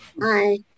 Hi